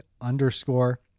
underscore